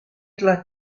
telah